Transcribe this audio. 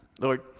Lord